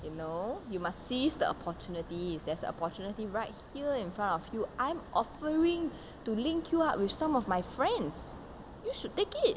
you know you must seize the opportunity there's opportunity right here in front of you I'm offering to link you up with some of my friends you should take it